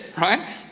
right